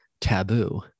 taboo